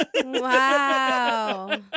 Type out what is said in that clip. Wow